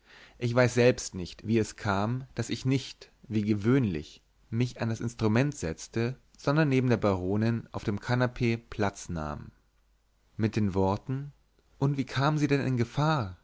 ich weiß selbst nicht wie es kam daß ich nicht wie gewöhnlich mich an das instrument setzte sondern neben der baronin auf dem kanapee platz nahm mit dem wort und wie kamen sie denn in gefahr